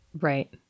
Right